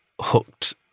hooked